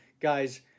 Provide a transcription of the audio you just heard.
Guys